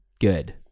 good